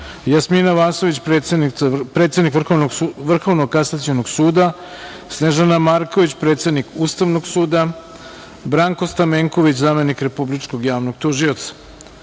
Jasmina Vasović, predsednik Vrhovnog kasacionog suda, Snežana Marković, predsednik Ustavnog suda, Branko Stamenković, zamenik Republičkog javnog tužioca,